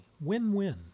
Win-win